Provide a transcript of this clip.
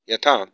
यथा